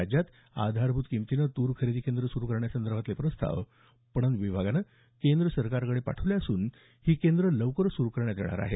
राज्यात आधारभूत किंमतीनं तूर खरेदी केंद्र सुरु करण्यासंदर्भातले प्रस्ताव पणन विभागानं केंद्र सरकारकडे पाठवला असून ही केंद्रं लवकरच सुरु करण्यात येणार आहे